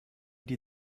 die